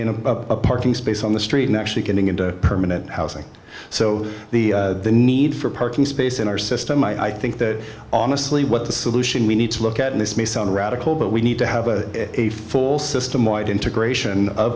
in a parking space on the street and actually getting into permanent housing so the need for parking space in our system i think that honestly what the solution we need to look at and this may sound radical but we need to have a full system wide integration